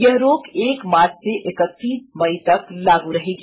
यह रोक एक मार्च से एकतीस मई तक लागू रहेगी